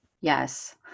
Yes